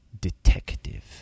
detective